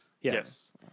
Yes